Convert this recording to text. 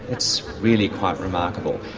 it's really quite remarkable,